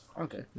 Okay